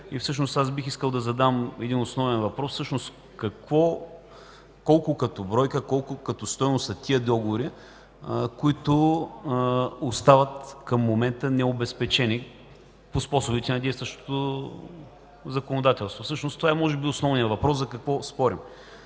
по тях. Бих искал да задам един основен въпрос: всъщност колко като бройка, като стойност са тези договори, които остават към момента необезпечени по способите на действащото законодателство? Всъщност това е може би основният въпрос – за какво спорим.